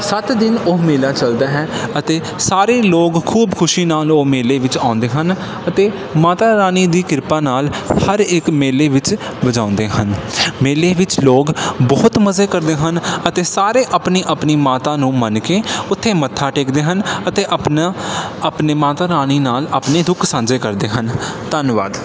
ਸੱਤ ਦਿਨ ਉਹ ਮੇਲਾ ਚੱਲਦਾ ਹੈ ਅਤੇ ਸਾਰੇ ਲੋਕ ਖੂਬ ਖੁਸ਼ੀ ਨਾ ਉਹ ਮੇਲੇ ਵਿੱਚ ਆਉਂਦੇ ਹਨ ਅਤੇ ਮਾਤਾ ਰਾਣੀ ਦੀ ਕਿਰਪਾ ਨਾਲ ਹਰ ਇੱਕ ਮੇਲੇ ਵਿੱਚ ਵਜਾਉਂਦੇ ਹਨ ਮੇਲੇ ਵਿੱਚ ਲੋਕ ਬਹੁਤ ਮਜ਼ੇ ਕਰਦੇ ਹਨ ਅਤੇ ਸਾਰੇ ਆਪਣੀ ਆਪਣੀ ਮਾਤਾ ਨੂੰ ਮੰਨ ਕੇ ਉੱਥੇ ਮੱਥਾ ਟੇਕਦੇ ਹਨ ਅਤੇ ਆਪਣਾ ਆਪਣੇ ਮਾਤਾ ਰਾਣੀ ਨਾਲ ਆਪਣੇ ਦੁੱਖ ਸਾਂਝੇ ਕਰਦੇ ਹਨ ਧੰਨਵਾਦ